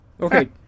Okay